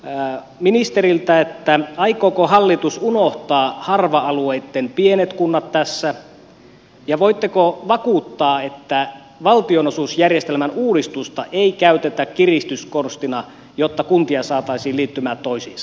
haluaisinkin kysyä ministeriltä aikooko hallitus unohtaa harva alueitten pienet kunnat tässä ja voitteko vakuuttaa että valtionosuusjärjestelmän uudistusta ei käytetä kiristyskonstina jotta kuntia saataisiin liittymään toisiinsa